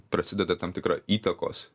prasideda tam tikra įtakos